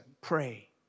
pray